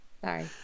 Sorry